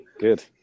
Good